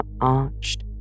arched